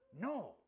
No